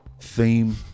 theme